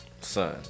Son